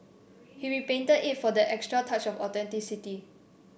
he repainted it if for that extra touch of authenticity